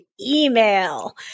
email